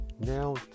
now